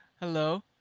Hello